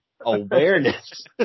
awareness